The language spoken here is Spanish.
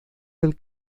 del